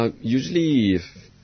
Usually